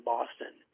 Boston